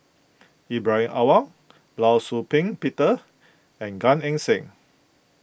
Ibrahim Awang Law Shau Ping Peter and Gan Eng Seng